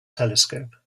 telescope